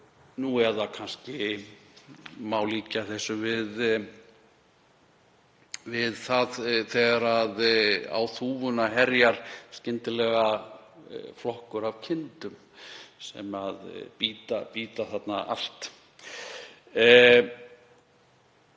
eða kannski má líkja þessu við það þegar á þúfuna herjar skyndilega flokkur af kindum sem bíta allt.